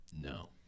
No